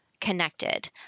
connected